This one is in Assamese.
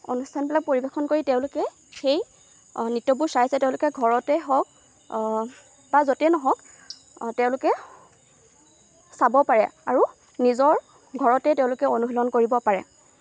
অনুষ্ঠানবিলাক পৰিৱেশন কৰি তেওঁলোকে সেই নৃত্যবোৰ চাইছে তেওঁলোকে ঘৰতেই হওক বা য'তে নহওক তেওঁলোকে চাব পাৰে আৰু নিজৰ ঘৰতেই তেওঁলোকে অনুশীলন কৰিব পাৰে